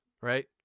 right